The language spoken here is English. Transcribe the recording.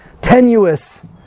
tenuous